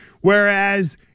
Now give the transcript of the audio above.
whereas